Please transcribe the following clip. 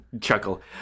chuckle